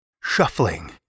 shuffling